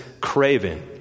craving